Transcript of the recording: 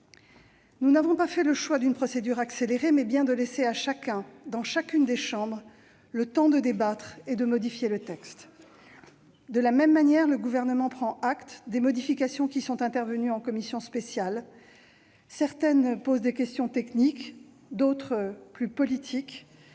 Nous avons fait le choix, non d'engager la procédure accélérée, mais bien de laisser à chacun, dans chacune des chambres, le temps de débattre et de modifier le texte. De la même manière, le Gouvernement prend acte des modifications qui sont intervenues en commission spéciale. Certaines posent des questions techniques, d'autres plus politiques.